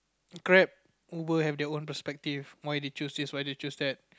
Grab Uber have their own perspective why they choose this why they choose that